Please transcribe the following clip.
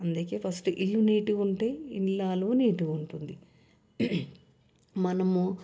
అందుకే ఫస్ట్ ఇల్లు నీట్గా ఉంటే ఇల్లాలు నీటుగా ఉంటుంది మనము